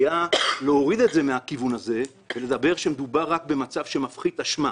היה להוריד את זה מהכיוון הזה ולדבר רק על כך שמדובר במצב שמפחית אשמה.